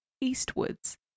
eastwards